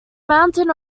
mountain